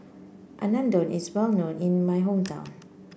Unadon is well known in my hometown